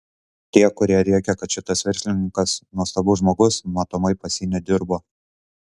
tiek kurie rėkia kad šitas verslininkas nuostabus žmogus matomai pas jį nedirbo